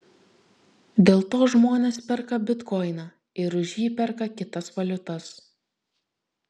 dėl to žmonės perka bitkoiną ir už jį perka kitas valiutas